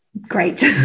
Great